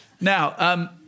Now